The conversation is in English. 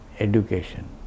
education